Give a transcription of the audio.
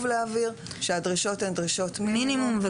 להבהיר שהדרישות הן דרישות מינימום.